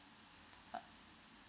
uh